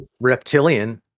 Reptilian